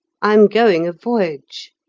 i am going a voyage.